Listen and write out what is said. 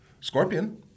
Scorpion